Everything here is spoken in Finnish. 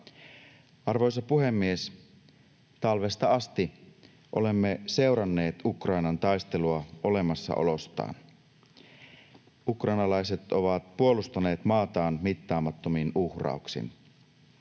Arvoisa puhemies! Talvesta asti olemme seuranneet Ukrainan taistelua olemassaolostaan. Ukrainalaiset ovat puolustaneet maataan mittaamattomin uhrauksin.